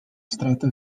estreta